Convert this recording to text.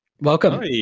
Welcome